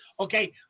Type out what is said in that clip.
Okay